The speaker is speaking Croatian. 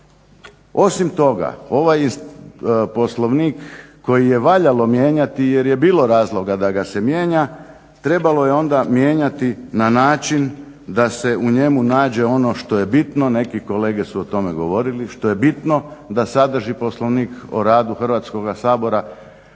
Osim toga, ovaj Poslovnik koji je valjalo mijenjati jer je bilo razloga da ga se mijenja, trebalo je onda mijenjati na način da se u njemu nađe ono što je bitno. Neki kolege su o tome govorili što je bitno da sadrži Poslovnik o radu Hrvatskoga sabora,